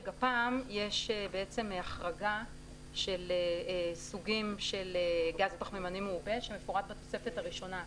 "גפ"מ" יש בעצם החרגה של סוגי גז פחמימני מעובה שמפורט בתוספת הראשונה.